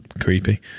Creepy